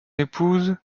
épouse